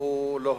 הוא לא הנושא.